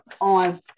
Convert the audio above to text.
on